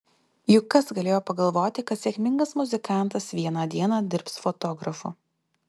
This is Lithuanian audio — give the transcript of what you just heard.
juk kas galėjo pagalvoti kad sėkmingas muzikantas vieną dieną dirbs fotografu